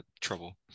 trouble